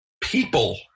people